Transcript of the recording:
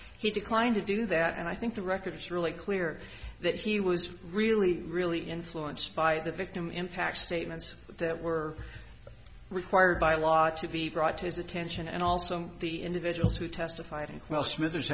he declined to do that and i think the record is really clear that he was really really influenced by the victim impact statements that were required by law to be brought to his attention and also the individuals who testify think well smith